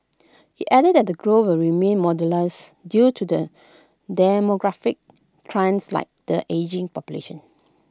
IT added that the growth will remain due to the demographic trends like the ageing population